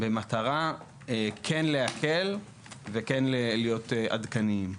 במטרה להקל ולהיות עדכניים.